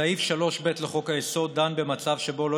סעיף 3ב לחוק-היסוד דן במצב שבו לא